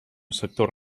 sector